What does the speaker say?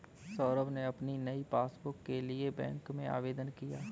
सौरभ ने अपनी नई पासबुक के लिए बैंक में आवेदन किया